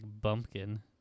bumpkin